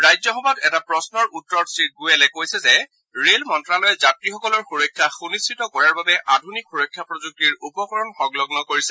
ৰাজসভাত এটা প্ৰশ্নৰ উত্তৰত শ্ৰীগোৱেলে কৈছে যে ৰেল মন্ত্যালয়ে যাত্ৰীসকলৰ সুৰক্ষা সুনিশ্চিত কৰাৰ বাবে আধুনিক সুৰক্ষা প্ৰযুক্তিৰ উপকৰণ সংলগ্ন কৰিছে